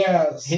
Yes